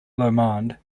lomond